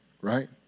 right